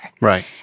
Right